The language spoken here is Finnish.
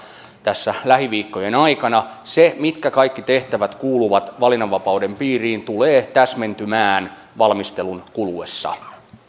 tässä lähiviikkojen aikana se mitkä kaikki tehtävät kuuluvat valinnanvapauden piiriin tulee täsmentymään valmistelun kuluessa pyydän